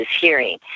hearing